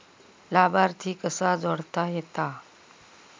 लाभार्थी कसा जोडता येता?